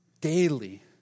Daily